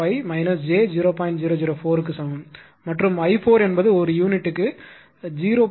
004 க்கு சமம் மற்றும் i4 என்பது ஒரு யூனிட்டுக்கு 0